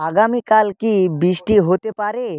আগামীকাল কি বৃষ্টি হতে পারে